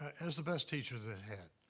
as the best teacher they'd had.